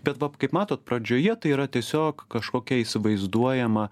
bet vap kaip matot pradžioje tai yra tiesiog kažkokia įsivaizduojama